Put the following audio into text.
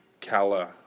Kala